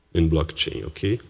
in blockchain. okay?